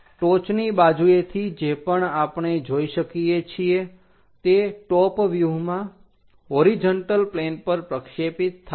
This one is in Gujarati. ટોચની બાજુએથી જે પણ આપણે જોઈ શકીએ છીએ તે ટોપ વ્યુહમાં હોરીજન્ટલ પ્લેન પર પ્ર્ક્ષેપિત થાય છે